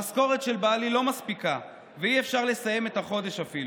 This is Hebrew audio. המשכורת של בעלי לא מספיקה ואי-אפשר לסיים את החודש אפילו.